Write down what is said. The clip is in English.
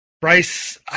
Bryce